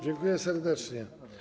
Dziękuję serdecznie.